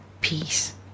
peace